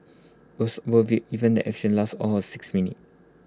worth even the action lasted all of six minutes